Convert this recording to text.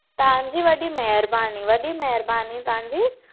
तव्हांजी वॾी महिरबानी वॾी महिरबानी तव्हांजी